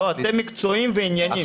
לא, אתם מקצועיים וענייניים.